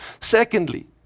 Secondly